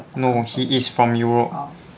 no he is from europe